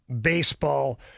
baseball